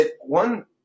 One